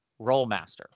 Rollmaster